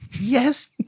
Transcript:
yes